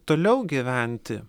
toliau gyventi